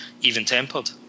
even-tempered